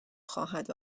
خواهد